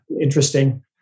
interesting